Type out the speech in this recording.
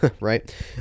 right